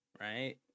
Right